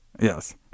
Yes